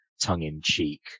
tongue-in-cheek